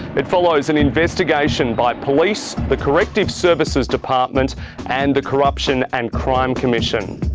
it follows an investigation by police, the corrective services department and the corruption and crime commission.